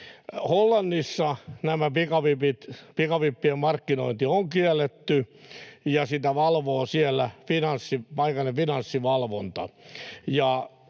Hollannissa tämä pikavippien markkinointi on kielletty, ja sitä valvoo siellä paikallinen finanssivalvonta.